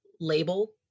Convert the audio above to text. label